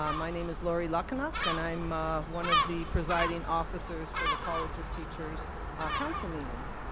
um my name is lori lukinuk and i'm ah one of the presiding officers for the college of teachers' council meetings.